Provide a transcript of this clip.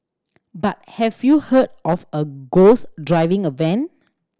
but have you heard of a ghost driving a van